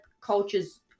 cultures